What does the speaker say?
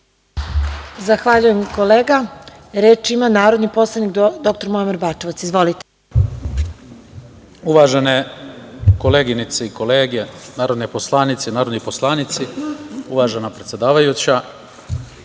Zahvaljujem kolega. Reč ima narodni poslanik dr Muamer Bačevac. Izvolite. **Muamer Bačevac** Uvažene koleginice i kolege, narodne poslanice i narodni poslanici, uvažena predsedavajuća,